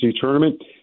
tournament